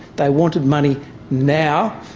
they wanted money now,